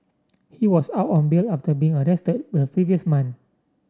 he was out on bail after being arrested the previous month